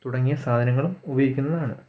തുടങ്ങിയ സാധനങ്ങളും ഉപയോഗിക്കുന്നതാണ്